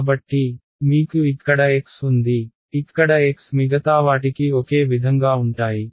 కాబట్టి మీకు ఇక్కడ x ఉంది ఇక్కడ x మిగతావాటికి ఒకే విధంగా ఉంటాయి